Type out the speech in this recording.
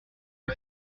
que